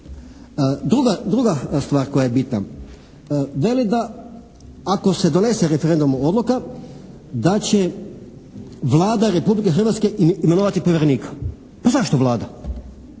Druga stvar koja je bitna. Veli da ako se donese na referendumu odluka, da će Vlada Republike Hrvatske imenovati povjerenika. Pa zašto Vlada?